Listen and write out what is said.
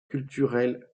culturels